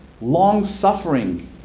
long-suffering